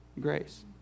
grace